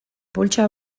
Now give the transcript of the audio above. poltsa